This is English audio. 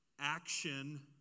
action